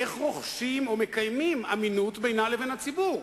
איך רוכשים או מקיימים אמינות בינה לבין הציבור.